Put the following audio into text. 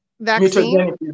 vaccine